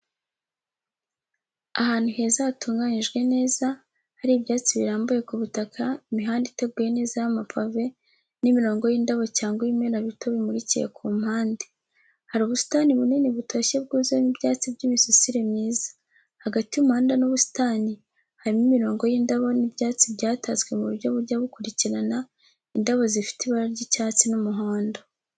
Ahantu heza hatunganyijwe neza, hari ibyatsi birambuye ku butaka, imihanda iteguye neza y’amapave, n’imirongo y’indabo cyangwa ibimera bito bimurikiye ku mpande. Hari ubusitani bunini butoshye bwuzuyemo ibyatsi by’imisusire myiza. Hagati y’umuhanda n’ubusitani harimo imirongo y’indabo n'ibyatsi byatatswe mu buryo bujya bukurikirana indabo zifite ibara ry'icyatsi n’umuhondo.